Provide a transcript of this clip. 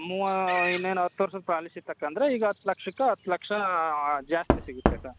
ಮೂವ ಇನ್ನೇನು ಹತ್ತು ವರ್ಷದ ಪಾಲಿಸಿ ತಕ್ಕಂಡ್ರೆ ಈಗ ಹತ್ತು ಲಕ್ಷಕ್ಕೆ ಹತ್ತು ಲಕ್ಷ ಜಾಸ್ತಿ ಸಿಗುತ್ತೆ ಕ